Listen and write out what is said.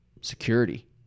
Security